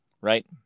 right